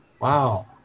Wow